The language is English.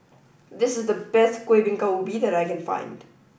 this is the best Kuih Bingka Ubi that I can find